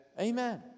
Amen